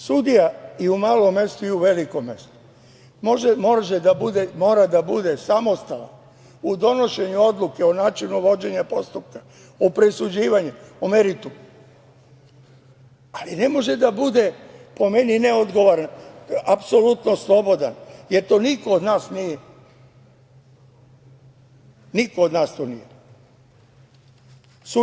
Sudija i u malom mestu i u velikom mestu mora da bude samostalan u donošenju odluke, u načinu vođenja postupka, u presuđivanju, u meritumu, ali ne može da bude po meni neodgovoran, apsolutno slobodan jer to niko od nas nije, niko od nas to nije.